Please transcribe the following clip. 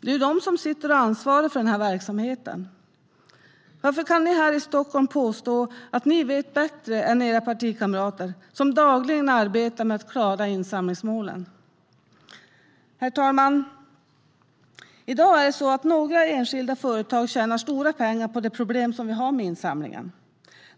Det är ju de som ansvarar för verksamheten? Varför kan ni här i Stockholm påstå att ni vet bättre än era partikamrater, som dagligen arbetar för att klara insamlingsmålen? Herr talman! I dag är det några enskilda företag som tjänar stora pengar på det problem som vi har med insamlingen.